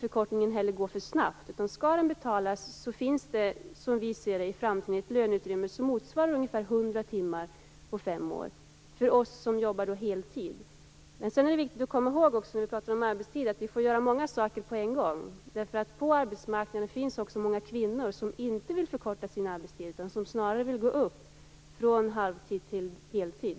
Skall den betalas finns det, som vi ser det, i framtiden ett löneutrymme som motsvarar ungefär 100 timmar på fem år för oss som jobbar heltid. När vi pratar om arbetstid är det viktigt att komma ihåg att vi får göra många saker på en gång. På arbetsmarknaden finns också många kvinnor som inte vill förkorta sin arbetstid, utan som snarare vill gå upp från halvtid till heltid.